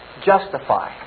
justify